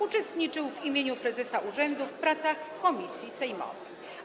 Uczestniczył w imieniu prezesa urzędu w pracach komisji sejmowych.